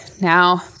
Now